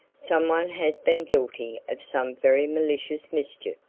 someone has been guilty of some very malicious mischief,